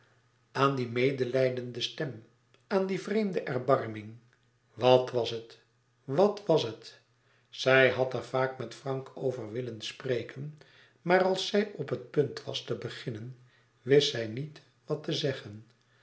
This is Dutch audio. aan die medelijdende stem aan die vreemde erbarming wat was het wat wàs het zij had er vaak met frank over willen spreken maar als zij op het punt was te beginnen wist zij niet wat te zeggen